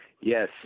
Yes